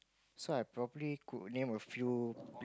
so I probably could name a few